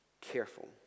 careful